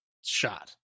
shot